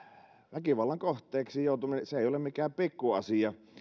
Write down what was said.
väkivallan kohteeksi joutuminen ei ole mikään pikkuasia